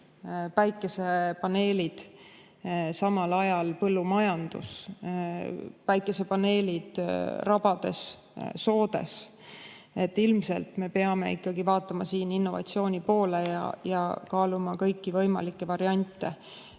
Päikesepaneelid, samal ajal põllumajandus, päikesepaneelid rabades, soodes. Ilmselt me peame ikkagi vaatama innovatsiooni poole ja kaaluma kõiki võimalikke